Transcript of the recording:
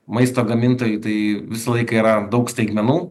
maisto gamintojui tai visą laiką yra daug staigmenų